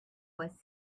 was